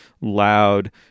loud